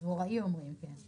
אני מקווה שזה נותן מענה.